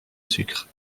sucre